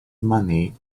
money